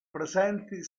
presenti